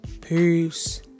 Peace